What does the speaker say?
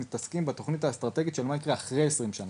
מתעסקים בתוכנית האסטרטגית של מה יקרה אחרי 20 שנה.